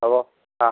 হ'ব অঁ